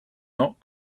not